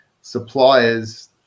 suppliers